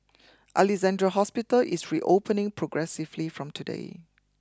Alexandra Hospital is reopening progressively from today